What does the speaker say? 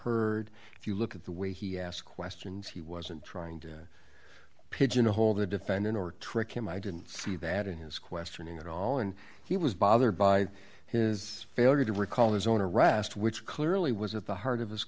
heard if you look at the way he asked questions he wasn't trying to pigeonhole the defendant or trick him i do i see that in his questioning at all and he was bothered by his failure to recall his own arrest which clearly was at the heart of his